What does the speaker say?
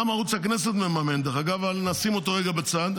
גם ערוץ הכנסת מממן אבל נשים אותו רגע בצד,